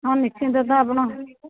ହଁ ନିଶ୍ଚିନ୍ତ ତ ଆପଣ